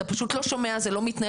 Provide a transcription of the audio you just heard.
אתה פשוט לא שומע, זה לא מתנהל.